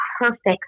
perfect